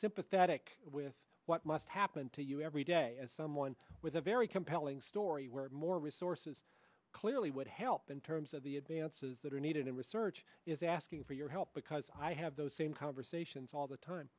sympathetic with what must happen to you every day as someone with a very compelling story where more resources clearly would help in terms of the advances that are needed in research is asking for your help because i have those same conversations all the time